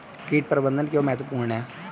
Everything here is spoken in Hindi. कीट प्रबंधन क्यों महत्वपूर्ण है?